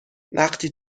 وقتی